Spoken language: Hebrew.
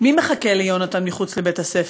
מי מחכה ליונתן מחוץ לבית-הספר,